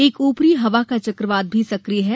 एक ऊपरी हवाओं का चक्रवात भी सक्रिय है